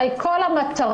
הרי כל המטרה,